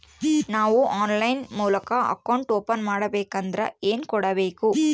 ನಾವು ಆನ್ಲೈನ್ ಮೂಲಕ account open ಮಾಡಬೇಂಕದ್ರ ಏನು ಕೊಡಬೇಕು?